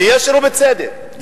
ביושר ובצדק.